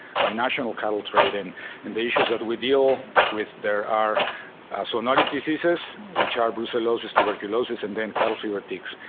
binational cattle trade and and the issues ah that we deal with. there are so zoonotic diseases, which are brucellosis, tuberculosis, and then cattle fever ticks,